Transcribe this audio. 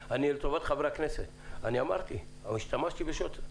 אמרתי והשתמשתי בשוט,